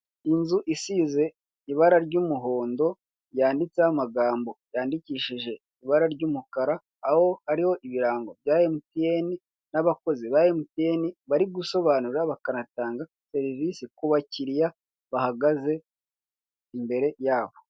Inzu isize ibara ry'umuhondo yanditseho amagambo yandikishije ibara ry'umukara aho hariho ibirango bya emutiyeni n'abakozi ba emutiyeni bari gusobanura bakanatanga serivise ku bakiriya bahagaze imbere yabo.